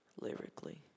Lyrically